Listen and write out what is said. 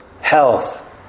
health